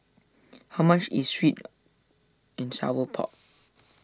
how much is Sweet and Sour Pork